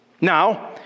Now